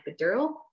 epidural